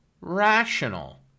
rational